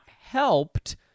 helped